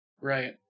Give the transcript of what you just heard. Right